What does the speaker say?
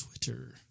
Twitter